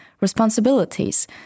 responsibilities